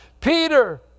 Peter